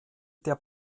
der